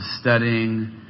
studying